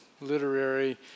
literary